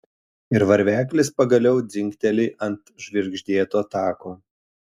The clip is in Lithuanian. ir varveklis pagaliau dzingteli ant žvirgždėto tako